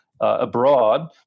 abroad